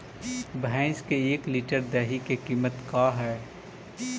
भैंस के एक लीटर दही के कीमत का है?